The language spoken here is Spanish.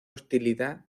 hostilidad